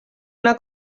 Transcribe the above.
una